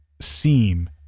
seem